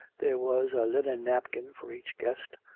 there was a linen napkin for each guest,